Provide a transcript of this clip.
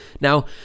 Now